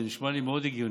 זה נשמע לי מאוד הגיוני.